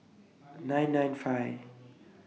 nine nine five